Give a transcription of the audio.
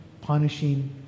punishing